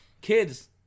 kids